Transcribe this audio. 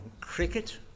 cricket